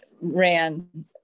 ran